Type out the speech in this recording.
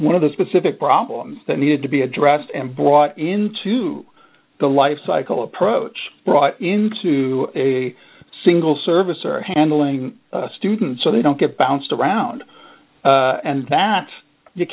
one of the specific problems that needed to be addressed and brought into the lifecycle approach brought into a single service or handling students so they don't get bounced around and that you